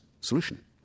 solution